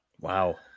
Wow